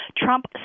Trump